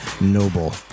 noble